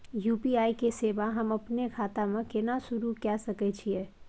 UPI के सेवा हम अपने खाता म केना सुरू के सके छियै?